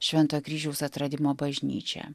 šventojo kryžiaus atradimo bažnyčia